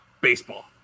baseball